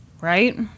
Right